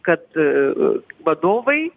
kad vadovai